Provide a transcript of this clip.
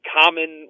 common